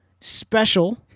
special